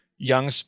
young